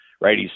right